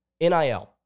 NIL